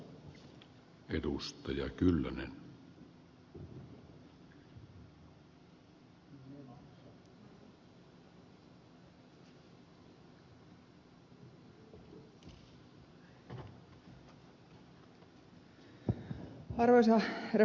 arvoisa herra puhemies